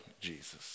Jesus